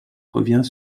revient